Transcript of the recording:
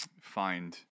find